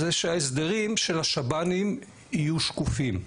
זה שההסדרים של השב"נים יהיו שקופים.